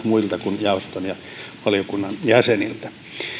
muilta kuin jaoston ja valiokunnan jäseniltä